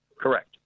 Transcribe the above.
Correct